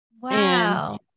Wow